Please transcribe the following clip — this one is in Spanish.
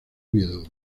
oviedo